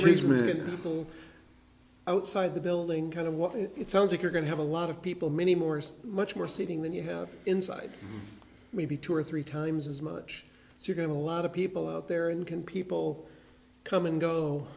an outside the building kind of what it sounds like you're going to have a lot of people many more much more seating than you have inside maybe two or three times as much as you're going to a lot of people out there and can people come and go